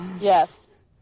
Yes